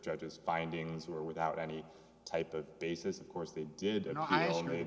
judges findings were without any type of basis of course they did and i